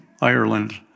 Ireland